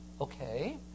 Okay